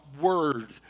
Word